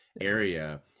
area